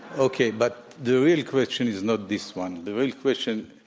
okay. but the real question is not this one. the real question,